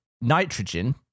nitrogen